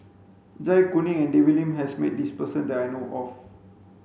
Zai Kuning and David Lim has met this person that I know of